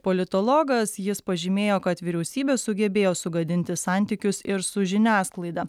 politologas jis pažymėjo kad vyriausybė sugebėjo sugadinti santykius ir su žiniasklaida